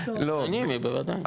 אנונימי בוודאי.